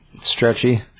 stretchy